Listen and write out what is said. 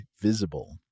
Visible